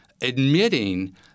admitting